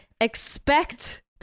Expect